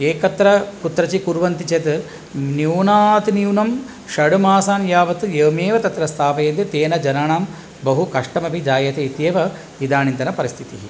एकत्र कुत्रचित् कुर्वन्ति चेत् न्यूनातिन्यूनं षड् मासान् यावत् एवमेव तत्र स्थापयन्ति तेन जनानां बहु कष्टमपि जायते इत्येव इदानीन्तनपरिस्थितिः